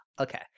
Okay